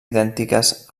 idèntiques